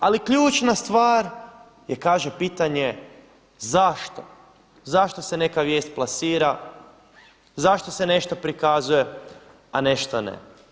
Ali ključna stvar je kaže pitanje zašto, zašto se neka vijest plasira, zašto se nešto prikazuje a nešto ne?